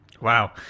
Wow